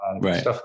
Right